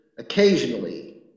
occasionally